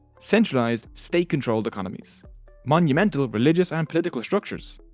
centralised state controlled economies monumental religious and political structures.